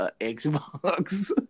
Xbox